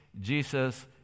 Jesus